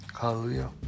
Hallelujah